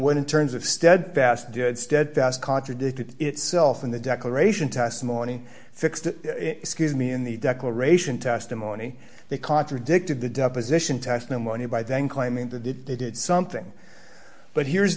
when in terms of steadfast did steadfast contradicted itself in the declaration testimony fixed excuse me in the declaration testimony they contradicted the deposition testimony by then claiming the did they did something but here's